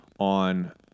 on